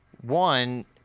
One